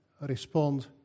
respond